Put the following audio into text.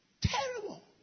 terrible